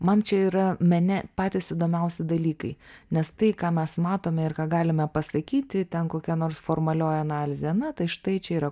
man čia yra bene patys įdomiausi dalykai nes tai ką mes matome ir ką galime pasakyti ten kokia nors formalioji analizė ana tai štai čia yra